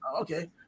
okay